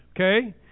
okay